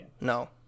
no